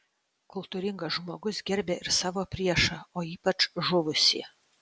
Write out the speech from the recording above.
kultūringas žmogus gerbia ir savo priešą o ypač žuvusį